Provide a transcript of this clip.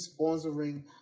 sponsoring